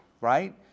right